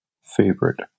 favorite